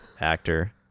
Actor